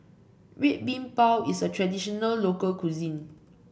Red Bean Bao is a traditional local cuisine